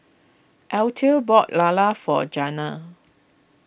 Althea bought Lala for Jenna